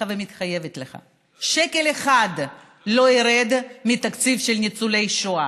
ומתחייבת לך: שקל אחד לא ירד מהתקציב של ניצולי שואה.